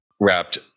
wrapped